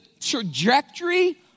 trajectory